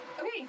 Okay